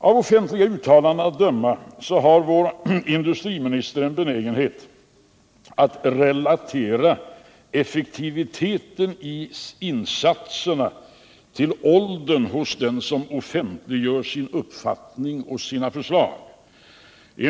Av offentliga uttalanden att döma har vår industriminister en benägenhet att relatera effektiviteten i insatserna till åldern hos den som tillkännager sin uppfattning och sina förslag till insatser.